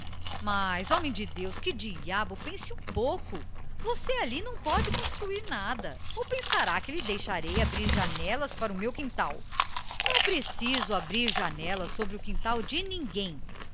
mas homem de deus que diabo pense um pouco você ali não pode construir nada ou pensará que lhe deixarei abrir janelas sobre o meu quintal não preciso abrir janelas sobre o quintal de ninguém